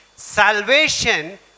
salvation